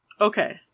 Okay